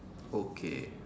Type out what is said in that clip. okay